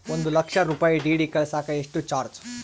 ಒಂದು ಲಕ್ಷ ರೂಪಾಯಿ ಡಿ.ಡಿ ಕಳಸಾಕ ಎಷ್ಟು ಚಾರ್ಜ್?